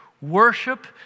Worship